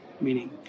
meaning